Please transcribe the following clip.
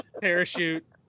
parachute